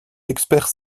experts